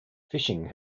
fishing